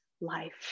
life